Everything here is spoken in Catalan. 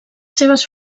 seves